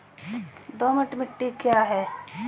दोमट मिट्टी क्या है?